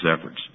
efforts